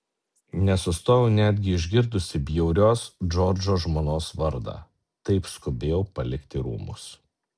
nesustojau netgi išgirdusi bjaurios džordžo žmonos vardą taip skubėjau palikti rūmus